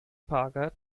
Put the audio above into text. parker